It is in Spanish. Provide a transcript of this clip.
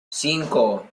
cinco